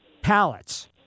pallets